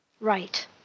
right